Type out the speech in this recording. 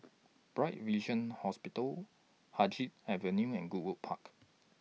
Bright Vision Hospital Haig Avenue and Goodwood Road